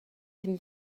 can